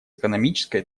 экономической